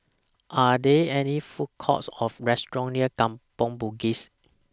Are There any Food Courts Or restaurants near Kampong Bugis